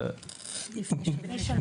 לפני שנה.